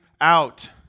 out